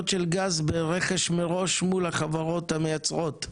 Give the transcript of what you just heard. של גז ברכש מראש מול החברות המייצרות.